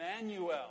Emmanuel